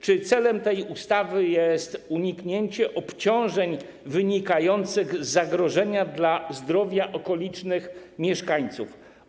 Czy celem tej ustawy jest uniknięcie obciążeń wynikających z zagrożenia dla zdrowia okolicznych mieszkańców?